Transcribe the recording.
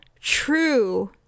true